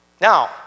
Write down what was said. Now